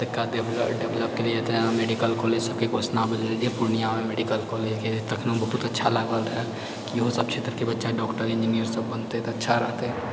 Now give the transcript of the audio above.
एतऽ बला डेवलपके लिए है तऽ मेडिकल कॉलेज सबके घोषणा भेलै पूर्णियाँमे मेडिकल कॉलेजकेंँ तखनो बहुत अच्छा लागल है इहो सब क्षेत्रकेँ बच्चा डॉक्टर इन्जीनियर सब बनतै तऽ अच्छा रहतै